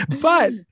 But-